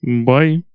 Bye